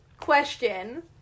question